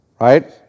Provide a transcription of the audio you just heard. Right